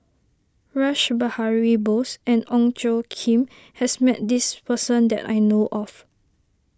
Rash Behari Bose and Ong Tjoe Kim has met this person that I know of